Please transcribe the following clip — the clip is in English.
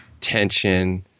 tension